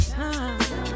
time